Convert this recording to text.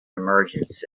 emergency